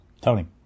Tony